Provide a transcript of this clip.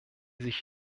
sich